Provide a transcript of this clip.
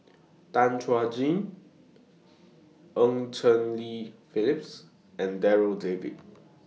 Tan Chuan Jin Eng Cheng Li Phyllis and Darryl David